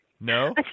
No